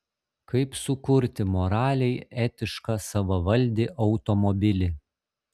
kaip sukurti moraliai etišką savavaldį automobilį